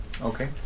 Okay